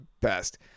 best